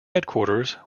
headquarters